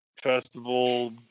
festival